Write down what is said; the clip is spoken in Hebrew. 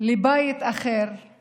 לבית אחר,